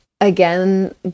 again